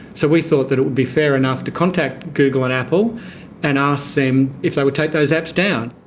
so we thought that it would be fair enough to contact google and apple and ask them if they would take those apps down.